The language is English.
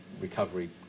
recovery